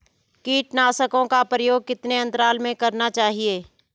कीटनाशकों का प्रयोग कितने अंतराल में करना चाहिए?